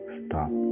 stop